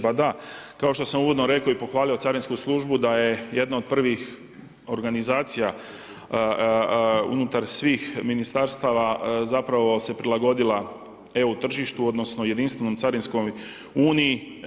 Pa da, kao što sam uvodno rekao i pohvalio carinsku službu da je jedna od prvih organizacija unutar svih ministarstava zapravo se prilagodila EU tržištu, odnosno jedinstvenoj Carinskoj uniji.